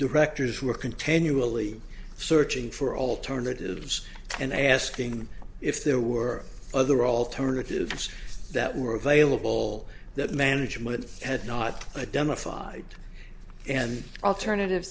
directors were continually searching for alternatives and asking if there were other alternatives that were available that management had not identified and alternative